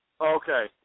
Okay